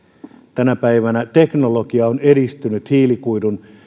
tänä päivänä teknologia on edistynyt hiilikuidun